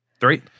three